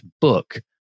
book